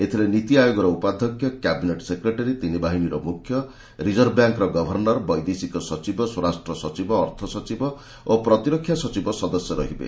ଏଥିରେ ନୀତି ଆୟୋଗର ଉପାଧ୍ୟକ୍ଷ କ୍ୟାବିନେଟ୍ ସେକ୍ରେଟାରୀ ତିନି ବାହିନୀର ମୁଖ୍ୟ ରିଜର୍ଭବ୍ୟାଙ୍କର ଗଭର୍ଣ୍ଣର ବୈଦେଶିକ ସଚିବ ସ୍ୱରାଷ୍ଟ୍ର ସଚିବ ଅର୍ଥସଚିବ ଓ ପ୍ରତିରକ୍ଷା ସଚିବ ସଦସ୍ୟ ରହିବେ